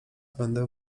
będę